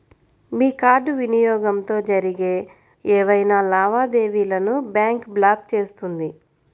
మీ card వినియోగంతో జరిగే ఏవైనా లావాదేవీలను బ్యాంక్ బ్లాక్ చేస్తుంది